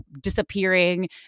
disappearing